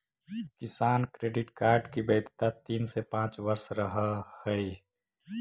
किसान credit card की वैधता तीन से पांच वर्ष रहअ हई